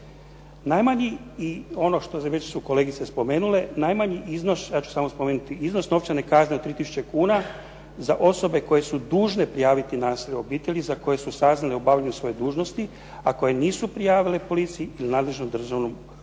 spomenuti iznos novčane kazne od 3000 kuna za osobe koje su dužne prijaviti nasilje u obitelji za koje su saznale u obavljanju svoje dužnosti, a koje nisu prijavile policiji ili nadležnom Državnom odvjetništvu.